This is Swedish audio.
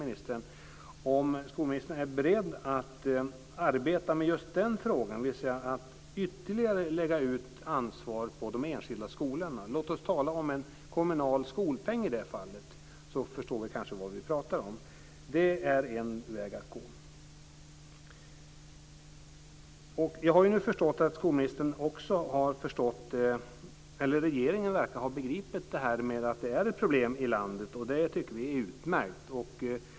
Min fråga är om skolministern är beredd att arbeta med just den frågan, dvs. att ytterligare lägga ut ansvar på de enskilda skolorna. Låt oss tala om en kommunal skolpeng i det fallet för att förstå vad vi talar om. Det är en väg att gå. Jag har nu förstått att regeringen verkar ha begripit att det är ett problem i landet, och det tycker vi är utmärkt.